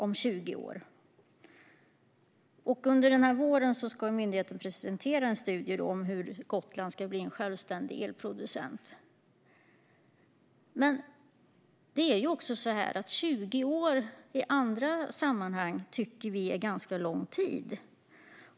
Under våren 2018 ska myndigheten presentera en studie om hur Gotland ska bli en självständig elproducent. Men det är ju också så att vi i andra sammanhang tycker att 20 år är en ganska lång tid.